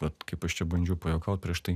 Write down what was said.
vat kaip aš čia bandžiau pajuokaut prieš tai